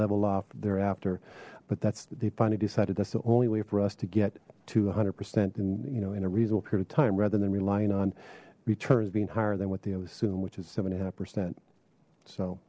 level off thereafter but that's they finally decided that's the only way for us to get to a hundred percent and you know in a reasonable period of time rather than relying on returns being higher than what they've assumed which is seventy a half percent so